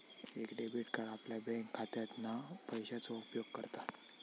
एक debit card आपल्या बँकखात्यातना पैशाचो उपयोग करता